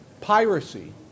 piracy